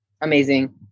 amazing